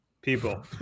people